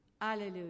Alleluia